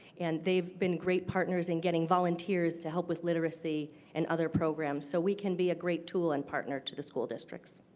and they've been great partners in getting volunteers to help with literacy and other programs. so we can be a great tool and partner to the school districts.